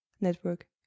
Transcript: network